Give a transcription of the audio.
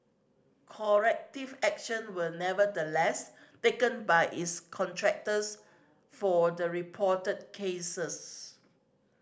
corrective action were nevertheless taken by its contractors for the reported cases